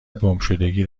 گمشدگی